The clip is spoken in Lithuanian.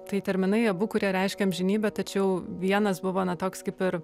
tai terminai abu kurie reiškia amžinybę tačiau vienas buvo na toks kaip ir